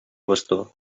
bastó